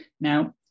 Now